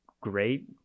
great